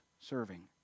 serving